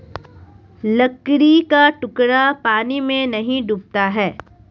लकड़ी का टुकड़ा पानी में नहीं डूबता है